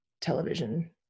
television